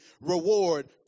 reward